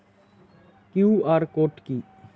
QR code কি?